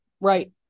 right